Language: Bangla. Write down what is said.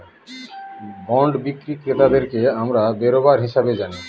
বন্ড বিক্রি ক্রেতাদেরকে আমরা বেরোবার হিসাবে জানি